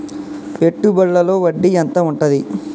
పెట్టుబడుల లో వడ్డీ ఎంత ఉంటది?